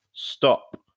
Stop